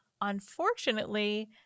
Unfortunately